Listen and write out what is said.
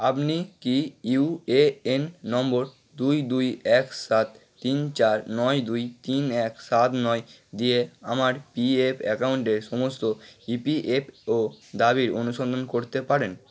আপনি কি UAN number দুই দুই এক সাত তিন চার নয় দুই তিন এক সাত নয় দিয়ে আমার পিএফ অ্যাকাউন্টের সমস্ত ইপিএফও দাবির অনুসন্ধান করতে পারেন